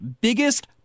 biggest